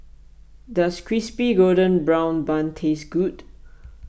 does Crispy Golden Brown Bun taste good